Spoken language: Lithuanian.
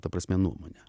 ta prasme nuomonę